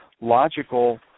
logical